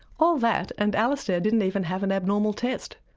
all that and alistair didn't even have an abnormal test.